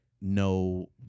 no